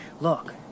Look